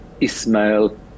Ismail